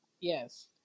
Yes